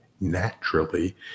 naturally